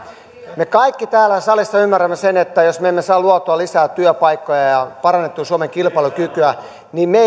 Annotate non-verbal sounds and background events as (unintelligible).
me kaikki täällä salissa ymmärrämme sen että jos me emme saa luotua lisää työpaikkoja ja parannettua suomen kilpailukykyä niin me (unintelligible)